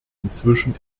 inzwischen